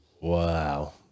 wow